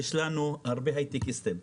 שיש לנו הרבה הייטקיסטים,